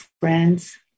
friends